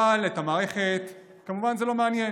אבל את המערכת, כמובן, זה לא מעניין.